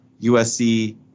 USC